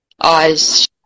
Eyes